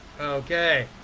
Okay